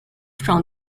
from